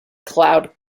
cloud